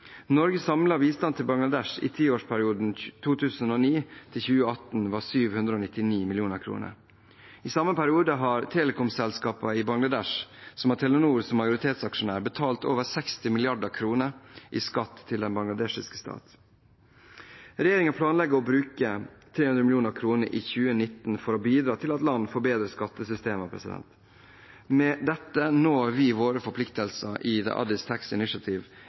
bistand til Bangladesh i tiårsperioden 2009 til 2018 var 799 mill. kr. I samme periode har telekomselskaper i Bangladesh som har Telenor som majoritetsaksjonær, betalt over 60 mrd. kr i skatt til den bangladeshiske stat. Regjeringen planlegger å bruke 300 mill. kr i 2019 for å bidra til at land får bedre skattesystemer. Med dette når vi våre forpliktelser i Addis Tax Initiative ett år før tiden. Det